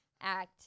act